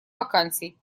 вакансий